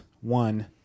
one